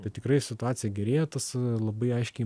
tai tikrai situacija gerėja tas labai aiškiai